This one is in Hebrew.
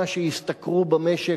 ממה שישתכרו במשק,